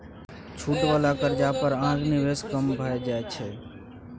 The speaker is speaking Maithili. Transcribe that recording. छूट वला कर्जा पर अहाँक निवेश कम भए जाएत